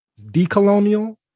decolonial